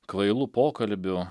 kvailų pokalbių